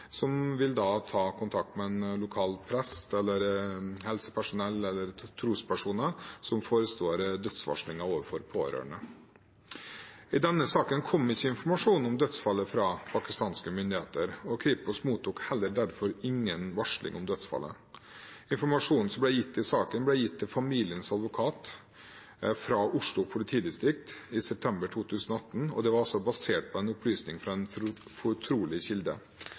som igjen varsler lokalt politi, som vil ta kontakt med en lokal prest eller helsepersonell eller trospersoner som forestår dødsvarslingen overfor pårørende. I denne saken kom ikke informasjonen om dødsfallet fra pakistanske myndigheter, og Kripos mottok derfor heller ingen varsling om dødsfallet. Informasjonen som ble gitt i saken, ble gitt til familiens advokat fra Oslo politidistrikt i september 2018, og det var basert på en opplysning fra en fortrolig kilde.